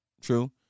true